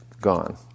gone